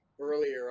earlier